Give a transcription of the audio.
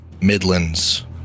Midlands